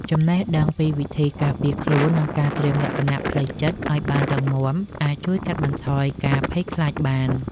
ចំណេះដឹងពីវិធីការពារខ្លួន និងការត្រៀមលក្ខណៈផ្លូវចិត្តឱ្យបានរឹងមាំអាចជួយកាត់បន្ថយការភ័យខ្លាចបាន។